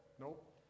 nope